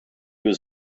was